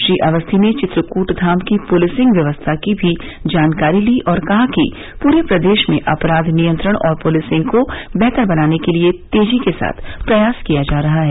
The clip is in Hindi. श्री अवस्थी ने चित्रकट्वाम की पूलिसिंग व्यवस्था की भी जानकारी ती और कहा कि पूरे प्रदेश में अपराध नियंत्रण और पुलिसिंग को बेहतर बनाने के लिए तेजी के साथ प्रयास किया जा रहा है